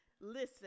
Listen